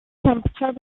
temperature